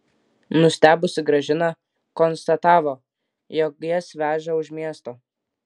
nustebusi gražina konstatavo jog jas veža už miesto